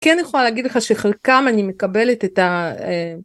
כן יכולה להגיד לך, שחלקם אני מקבלת את ה...